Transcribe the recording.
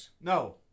no